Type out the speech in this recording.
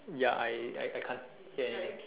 ya I I I can't ya ya I